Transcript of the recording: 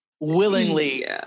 willingly